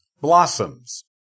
blossoms